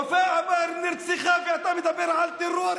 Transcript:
ופאא עבאהרה נרצחה ואתה מדבר על טרור?